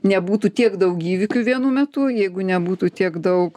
nebūtų tiek daug įvykių vienu metu jeigu nebūtų tiek daug